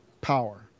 power